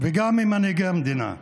וגם ממנהיגי המדינה.